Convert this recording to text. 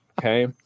Okay